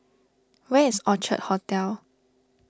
where is Orchard Hotel